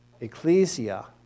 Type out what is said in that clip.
ecclesia